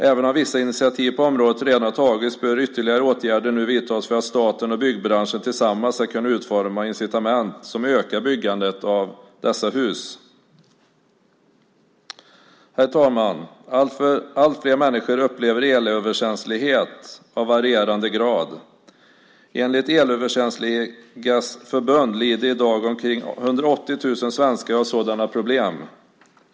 Även om vissa initiativ på området redan har tagits bör ytterligare åtgärder nu vidtas för att staten och byggbranschen tillsammans ska kunna utforma incitament som ökar byggandet av dessa hus. Herr talman! Allt fler människor upplever elöverkänslighet av varierande grad. Enligt Elöverkänsligas förbund lider i dag omkring 180 000 svenskar av sådana problem.